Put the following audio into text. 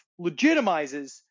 legitimizes